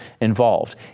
involved